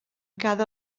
cada